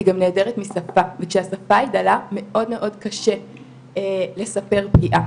היא גם נעדרת משפה וכשהשפה היא דלה מאוד מאוד קשה לספר פגיעה,